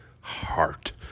heart